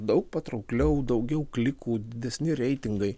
daug patraukliau daugiau klikų didesni reitingai